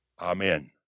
Amen